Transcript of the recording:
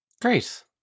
Great